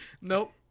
nope